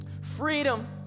freedom